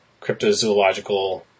cryptozoological